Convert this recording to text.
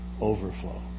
Overflow